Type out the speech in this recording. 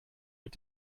mit